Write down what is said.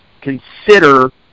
consider